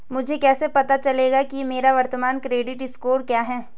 मुझे कैसे पता चलेगा कि मेरा वर्तमान क्रेडिट स्कोर क्या है?